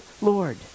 Lord